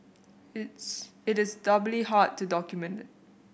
it's it is doubly hard to document it